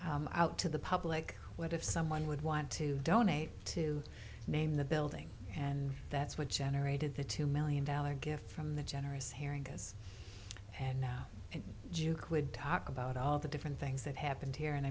quest out to the public what if someone would want to donate to name the building and that's what generated the two million dollars gift from the generous hearing us and now in juke would talk about all the different things that happened here and